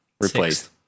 replaced